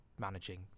managing